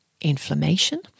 inflammation